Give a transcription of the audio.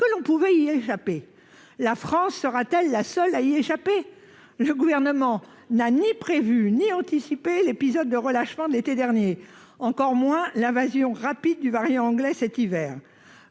que l'on pouvait y échapper. La France serait-elle la seule à y échapper ? Le Gouvernement n'a ni prévu ni anticipé l'épisode de relâchement de l'été dernier, encore moins l'invasion rapide du variant anglais cet hiver.